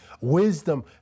wisdom